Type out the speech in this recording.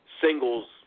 singles